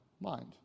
mind